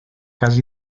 cas